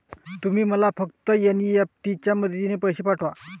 तुम्ही मला फक्त एन.ई.एफ.टी च्या मदतीने पैसे पाठवा